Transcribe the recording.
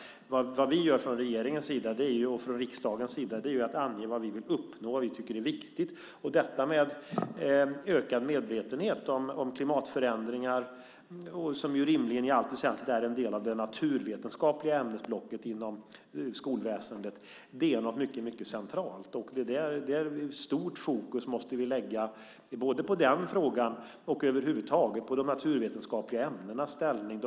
Vad vi gör från regeringens och riksdagens sida är att ange vad vi vill uppnå och vad vi tycker är viktigt. Detta med ökad medvetenhet om klimatförändringar som rimligen i allt väsentligt är en del av det naturvetenskapliga ämnesblocket inom skolväsendet är något mycket centralt. Vi måste ha fokus både på den frågan och över huvud taget på de naturvetenskapliga ämnenas ställning.